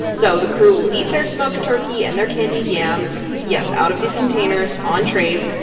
so the crew will eat their smoked turkey and their candied yams, yes, out of these containers, on trays,